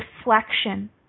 reflection